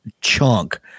chunk